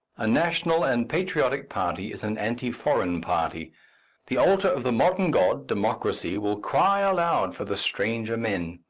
a national and patriotic party is an anti-foreign party the altar of the modern god, democracy, will cry aloud for the stranger men.